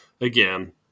Again